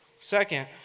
Second